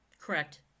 Correct